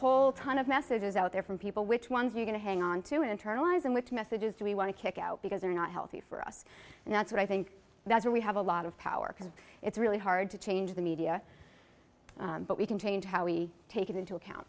whole ton of messages out there from people which ones you're going to hang on to internalize them which messages we want to kick out because they're not healthy for us and that's what i think that's why we have a lot of power because it's really hard to change the media but we can change how we take into account